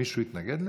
מישהו יתנגד לזה?